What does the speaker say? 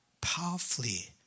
powerfully